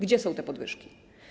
Gdzie są te podwyżki?